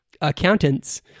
Accountants